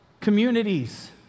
communities